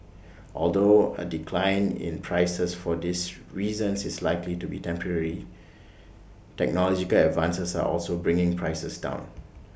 although A decline in prices for these reasons is likely to be temporary technological advances are also bringing prices down